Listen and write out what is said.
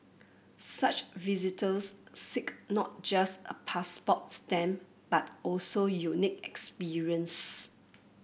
such visitors seek not just a passport stamp but also unique experiences